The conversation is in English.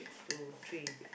two three